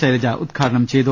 ശൈലജ ഉദ്ഘാടനം ചെയ്തു